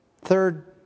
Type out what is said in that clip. third